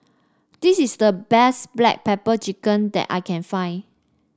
this is the best Black Pepper Chicken that I can find